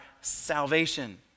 salvation